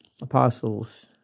Apostles